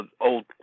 old